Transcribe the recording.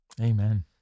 amen